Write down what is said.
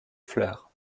fleurs